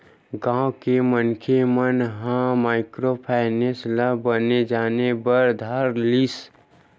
गाँव के मनखे मन ह माइक्रो फायनेंस ल बने जाने बर धर लिस